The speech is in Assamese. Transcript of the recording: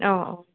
অ অ